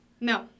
No